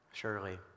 Surely